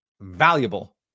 valuable